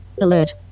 Alert